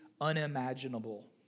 unimaginable